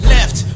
Left